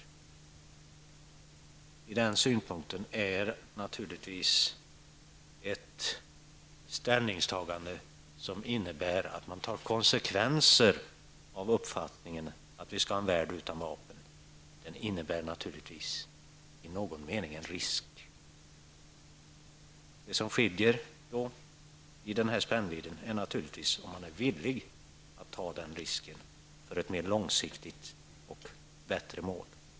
Men denna synpunkt innebär naturligtvis ett ställningstagande, som i sin tur innebär att man tar konsekvenser av uppfattningen att vi skall ha en värld utan vapen. I någon mening innebär det också givetvis risker. Det som skiljer när det gäller denna spännvidd är om man är villig att ta dessa risker för att nå ett mer långsiktigt och bättre mål.